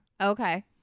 Okay